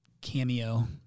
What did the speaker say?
cameo